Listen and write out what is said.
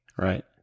Right